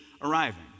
arriving